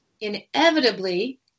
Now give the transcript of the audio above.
inevitably